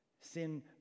Sin